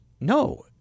no